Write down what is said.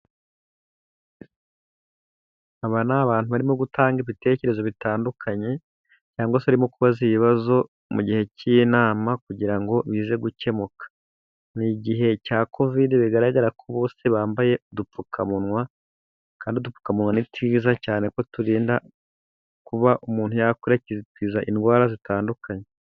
Aba ni abantu, barimo gutanga ibitekerezo bitandukanye cyangwa se barimo kubaza ibibazo, mu gihe cy'inama kugira ngo bize gukemuka, ni igihe cya kovide bigaragara ko bose bambaye udupfukamunwa kandi udupfukamunwa, ni twiza cyane kuko turinda kuba umuntu yakwirakwiza indwara zitandukanye.